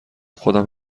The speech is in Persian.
خودم